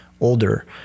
older